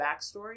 backstory